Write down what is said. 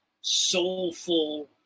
soulful